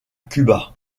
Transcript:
cuba